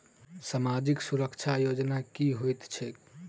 सामाजिक सुरक्षा योजना की होइत छैक?